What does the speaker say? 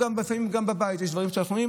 לפעמים גם בבית יש דברים שמתייצבים.